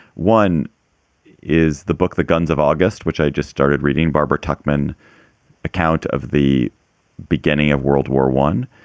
one is the book the guns of august, which i just started reading barbara tuckman account of the beginning of world war one.